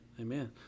Amen